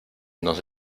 nos